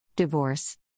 Divorce